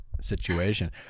situation